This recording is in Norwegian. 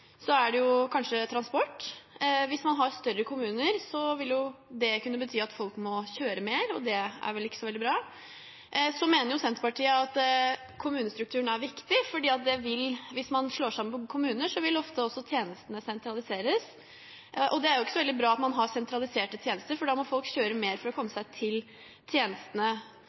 er det kanskje transport. Hvis man har større kommuner, vil jo det kunne bety at folk må kjøre mer, og det er vel ikke så veldig bra. Senterpartiet mener at kommunestrukturen er viktig, for hvis man slår sammen kommuner, vil ofte også tjenestene sentraliseres, og det er jo ikke så veldig bra at man har sentraliserte tjenester, for da må folk kjøre mer for å komme seg til tjenestene.